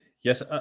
Yes